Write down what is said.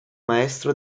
maestro